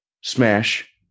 smash